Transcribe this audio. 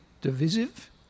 divisive